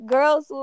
Girls